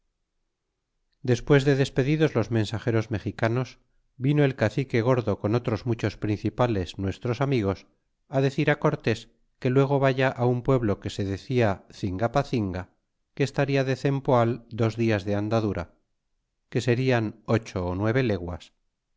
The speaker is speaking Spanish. despues de despedidos los mensageros mexicanos vino el cacique gordo con otros muchos principales nuestros amigos á decir cortes que luego vaya un pueblo que se decia cingapacinga que estaria de cempoal dos dias de andadura que serian ocho ó nueve leguas